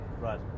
Right